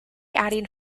adding